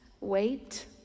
wait